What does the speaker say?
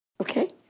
Okay